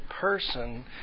person